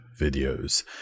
videos